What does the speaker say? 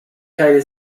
keine